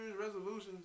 resolutions